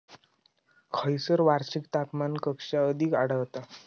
खैयसर वार्षिक तापमान कक्षा अधिक आढळता?